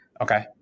Okay